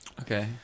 Okay